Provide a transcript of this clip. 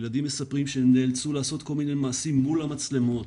הילדים מספרים שהם נאלצו לעשות כל מיני מעשים מול המצלמות.